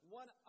one